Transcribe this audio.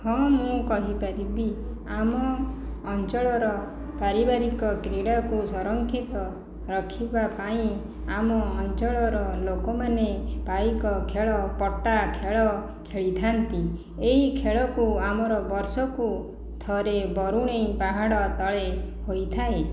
ହଁ ମୁଁ କହିପାରିବି ଆମ ଅଞ୍ଚଳର ପାରିବାରିକ କ୍ରୀଡ଼ାକୁ ସଂରକ୍ଷିତ ରଖିବାପାଇଁ ଆମ ଅଞ୍ଚଳର ଲୋକମାନେ ପାଇକ ଖେଳ ପଟା ଖେଳ ଖେଳିଥାନ୍ତି ଏହି ଖେଳକୁ ଆମର ବର୍ଷକୁ ଥରେ ବରୁଣେଇ ପାହାଡ଼ ତଳେ ହୋଇଥାଏ